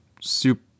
soup